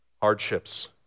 hardships